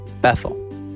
Bethel